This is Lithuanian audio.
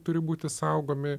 turi būti saugomi